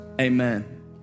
amen